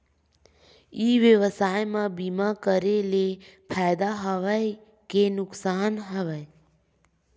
ई व्यवसाय म बीमा करे ले फ़ायदा हवय के नुकसान हवय?